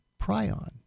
prion